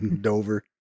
Dover